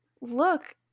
look